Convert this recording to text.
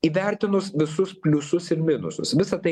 įvertinus visus pliusus ir minusus visa tai